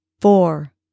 Four